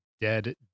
dead